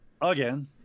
again